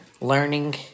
learning